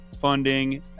funding